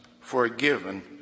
forgiven